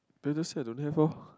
then just say I don't have orh